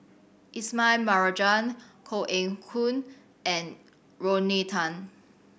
Ismail Marjan Koh Eng Hoon and Rodney Tan